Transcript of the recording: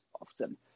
often